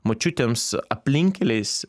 močiutėms aplinkkeliais